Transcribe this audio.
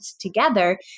together